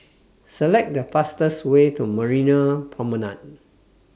Select The fastest Way to Marina Promenade